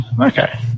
Okay